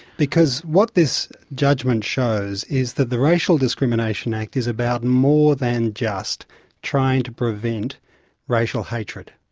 because what this judgement shows is that the racial discrimination act is about more than just trying to prevent racial hatred.